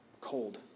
cold